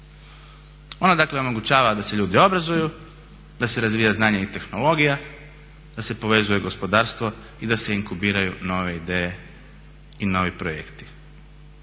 Ono dakle omogućava da se ljudi obrazuju, da se razvija znanje i tehnologija, da se povezuje gospodarstvo i da se inkubiraju nove ideje i novi projekti.